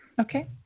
Okay